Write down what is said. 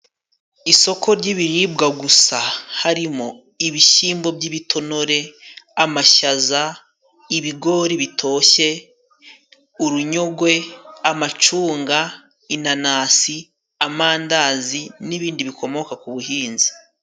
Isoko ry'ibiribwa gusa hari mo ibishyimbo by'ibitonore, amashyaza, ibigori bitoshye, urunyogwe, amacunga, inanasi, amandazi n'ibindi bikomoka ku buhinzi.